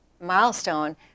milestone